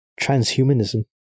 transhumanism